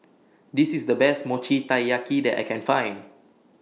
This IS The Best Mochi Taiyaki that I Can Find